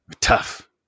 tough